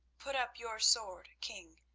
put up your sword, king,